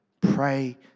pray